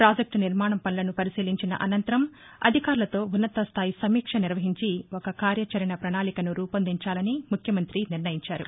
ప్రాజెక్లు నిర్మాణం పనులను పరిశీలించిన అనంతరం అధికారులతో ఉన్నతస్థాయి సమీక్ష నిర్వహించి ఒక కార్యాచరణ ప్రపణాళికను రూపొందించాలని ముఖ్యమంతి నిర్ణయించారు